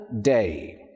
day